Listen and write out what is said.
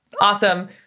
awesome